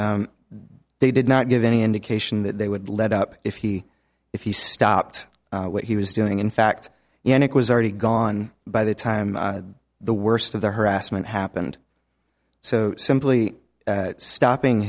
they did not give any indication that they would let up if he if he stopped what he was doing in fact yannick was already gone by the time the worst of the harassment happened so simply stopping